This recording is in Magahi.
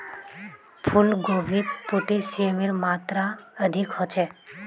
फूल गोभीत पोटेशियमेर मात्रा अधिक ह छे